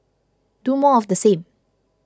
do more of the same